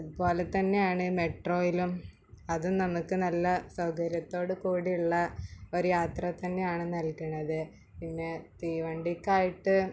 അത്പോലെ തന്നെയാണ് മെട്രോയിലും അത് നമുക്ക് നല്ല സൗകര്യത്തോടു കൂടിയുള്ള ഒരു യാത്ര തന്നെയാണ് നൽകുന്നത് പിന്നേ തീവണ്ടിക്കായിട്ട്